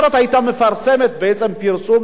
מפרסמת פרסום נכון,